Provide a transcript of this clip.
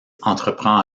entreprend